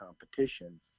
competition